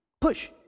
Push